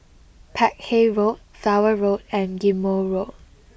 Peck Hay Road Flower Road and Ghim Moh Road